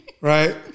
right